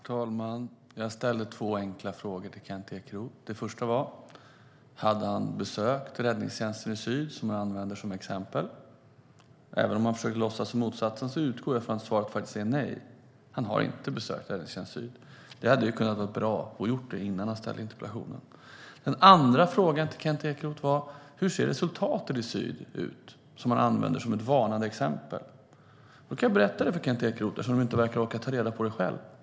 Herr talman! Jag ställde två enkla frågor till Kent Ekeroth. Den första var om han hade besökt Räddningstjänsten Syd, som han använder som exempel. Även om han försökte låtsas som om motsatsen vore fallet utgår jag från att svaret faktiskt är nej. Han har inte besökt Räddningstjänsten Syd. Men det hade kunnat vara bra att göra det innan han ställde interpellationen. Den andra frågan till Kent Ekeroth var: Hur ser resultatet i Räddningstjänsten Syd ut, som han använder som ett varnande exempel? Jag kan berätta det för Kent Ekeroth, eftersom han inte verkar orka ta reda på det själv.